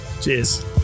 Cheers